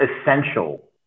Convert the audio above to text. essential